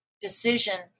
decision